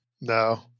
no